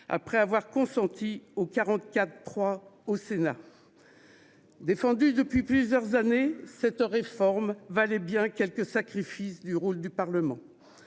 après avoir consenti au 44.3 au Sénat. Défendue depuis plusieurs années, cette réforme valait bien quelques sacrifices du rôle du Parlement